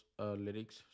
lyrics